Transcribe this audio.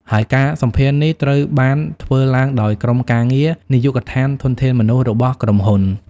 ហើយការសម្ភាសន៍នេះត្រូវបានធ្វើឡើងដោយក្រុមការងារ នាយកដ្ឋានធនធានមនុស្សរបស់ក្រុមហ៊ុន។